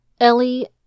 Ellie